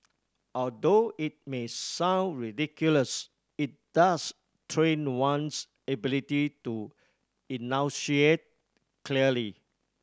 although it may sound ridiculous it does train one's ability to enunciate clearly